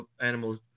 animals